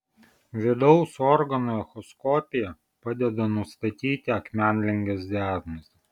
vidaus organų echoskopija padeda nustatyti akmenligės diagnozę